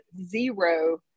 zero